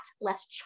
less